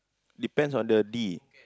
depends on the d